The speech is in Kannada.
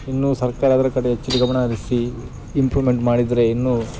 ಇನ್ನೂ ಸರ್ಕಾರ ಅದರ ಕಡೆ ಹೆಚ್ಚಿನ ಗಮನ ಹರಿಸಿ ಇಂಪ್ರೂಮೆಂಟ್ ಮಾಡಿದರೆ ಇನ್ನೂ